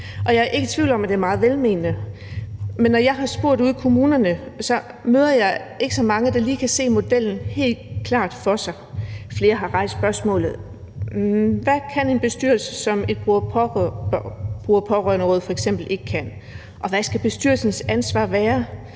Jeg er ikke i tvivl om, at det er meget velment, men når jeg har spurgt ude i kommunerne, møder jeg ikke så mange, der lige kan se modellen helt klart for sig. Flere har rejst spørgsmålet: Hvad kan en bestyrelse, som et bruger-/pårørenderåd f.eks. ikke kan? Og hvad skal bestyrelsens ansvar være,